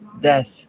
death